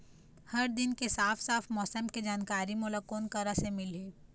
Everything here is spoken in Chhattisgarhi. हर दिन के साफ साफ मौसम के जानकारी मोला कोन करा से मिलही?